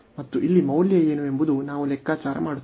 ಮತ್ತು ಇಲ್ಲಿ ಮೌಲ್ಯ ಏನು ಎಂದು ನಾವು ಲೆಕ್ಕಾಚಾರ ಮಾಡುತ್ತೇವೆ